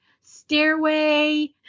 stairway